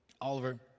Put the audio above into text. Oliver